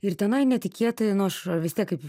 ir tenai netikėtai nu aš vis tiek kaip